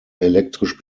elektrisch